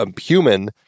human